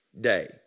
day